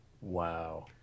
Wow